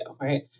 Right